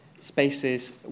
spaces